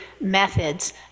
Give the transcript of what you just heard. methods